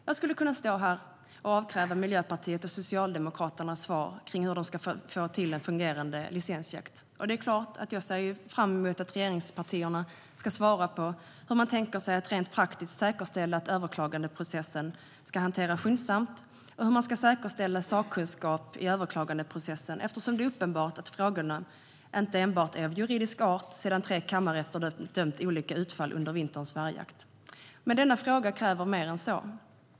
Jag skulle kunna stå här och avkräva Miljöpartiet och Socialdemokraterna svar om hur de ska få till en fungerande licensjakt. Det är klart att jag ser fram emot att regeringspartierna ska svara på hur de tänker sig att rent praktiskt säkerställa att överklagandeprocessen ska hanteras skyndsamt och hur de ska säkerställa sakkunskap i överklagandeprocessen eftersom det är uppenbart att frågorna inte enbart är av juridisk art sedan tre kammarrätter dömt till olika utfall under vinterns vargjakt. Denna fråga kräver mer än så.